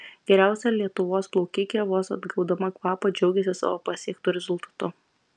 geriausia lietuvos plaukikė vos atgaudama kvapą džiaugėsi savo pasiektu rezultatu